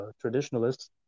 traditionalists